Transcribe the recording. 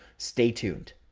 stay tuned,